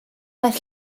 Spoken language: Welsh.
daeth